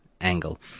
angle